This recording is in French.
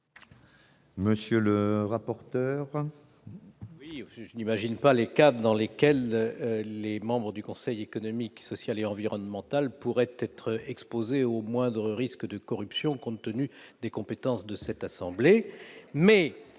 monsieur le rapporteur